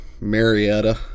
Marietta